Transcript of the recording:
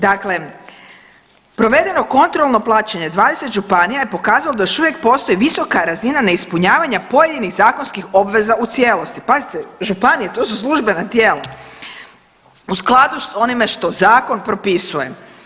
Dakle provedeno kontrolno plaćanje 20 županija je pokazao da još uvijek postoji visoka razina neispunjavanja pojedinih zakonskih obveza u cijelosti, pazite, županije, to su službena tijela u skladu s onime što zakon propisuje.